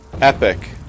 epic